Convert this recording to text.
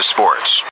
Sports